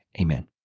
amen